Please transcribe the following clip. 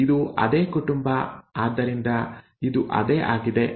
ಇದು ಅದೇ ಕುಟುಂಬ ಆದ್ದರಿಂದ ಇದು ಅದೇ ಆಗಿದೆ